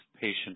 patient